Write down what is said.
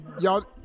Y'all